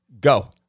Go